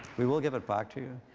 we will give it back to you.